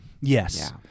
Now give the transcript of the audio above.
Yes